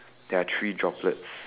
there are three droplets